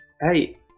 Hey